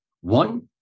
One